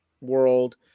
world